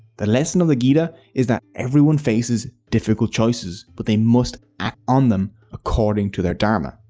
the lesson of the gita is that everyone faces difficult choices but they must act on them according to their dharma.